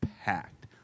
packed